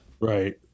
right